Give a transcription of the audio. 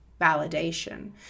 validation